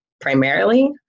primarily